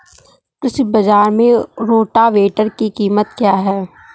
कृषि बाजार में रोटावेटर की कीमत क्या है?